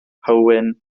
hywyn